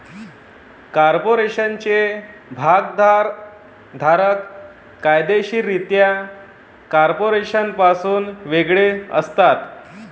कॉर्पोरेशनचे भागधारक कायदेशीररित्या कॉर्पोरेशनपासून वेगळे असतात